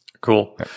cool